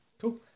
Cool